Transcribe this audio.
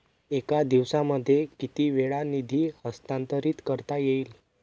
एका दिवसामध्ये किती वेळा निधी हस्तांतरीत करता येईल?